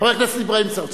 אברהים צרצור.